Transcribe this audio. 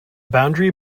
boundary